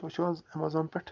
تُہۍ چھُو حظ ایمازان پٮٹھ